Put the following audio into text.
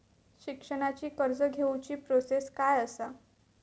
शिक्षणाची कर्ज घेऊची प्रोसेस काय असा?